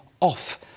off